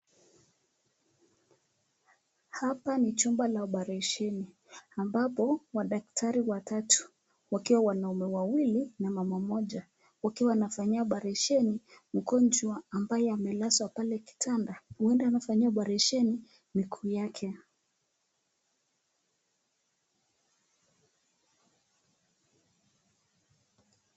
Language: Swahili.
Hapa ni chumba cha oparesheni, ambapo wadaktari watatu wakiwa wanaume wawili na mama mmoja wakiwa wanafanyiwa oparesheni mgonjwa ambaye amelazwa pale kitanda, huenda anafanyiwa oparesheni miguu yake.